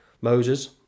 Moses